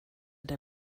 der